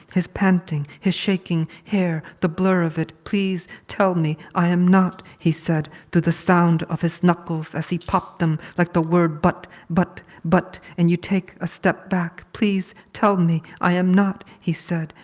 his panting. his shaking hair. the blur of it. please tell me i am not he said through the sound of his knuckles as he popped them like the word but but but and you take a step back. please tell me i am not he said,